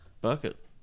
Bucket